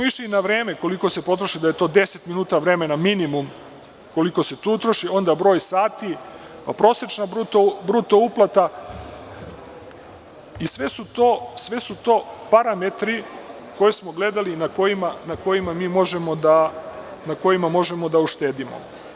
Išli smo na vreme koliko se potroši da je to 10 minuta vremena minimum koliko se tu utroši, onda broj sati, pa prosečno bruto uplata i sve su to parametri koje smo gledali na kojima mi možemo da uštedimo.